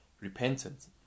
repentance